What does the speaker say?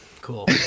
Cool